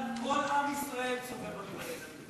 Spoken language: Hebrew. רויטל, כל עם ישראל צופה בנו כרגע.